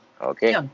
Okay